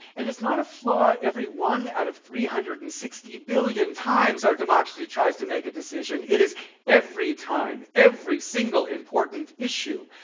and it's not a flaw every one out of three hundred and sixty billion times our democracy tries to make a decision. it is every time, every single important issue.